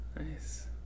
Nice